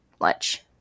lunch